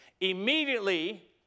Immediately